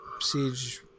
Siege